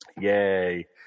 Yay